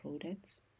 products